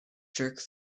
jerk